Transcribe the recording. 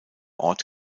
ort